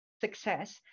success